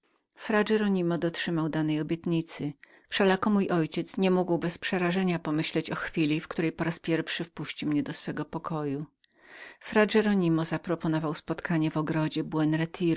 heronimo dotrzymał danej obietnicy wszelako mój ojciec nie mógł bez przerażenia pomyślić o chwili w której po raz pierwszy wpuści mnie do swego pokoju fra heronimo zaprojektował spotkanie w ogrodzie